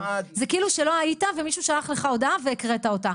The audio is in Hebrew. זה כאילו שלא היית ומישהו שלח לך הודעה והקראת אותה,